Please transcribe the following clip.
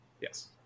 Yes